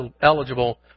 eligible